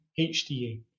HDA